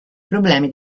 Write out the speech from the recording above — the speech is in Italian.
problemi